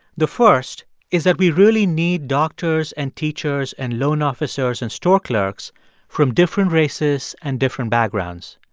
the first is that we really need doctors and teachers and loan officers and store clerks from different races and different backgrounds.